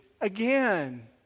again